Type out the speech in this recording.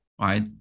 right